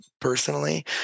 personally